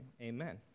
Amen